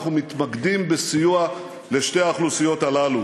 אנחנו מתמקדים בסיוע לשתי האוכלוסיות האלה.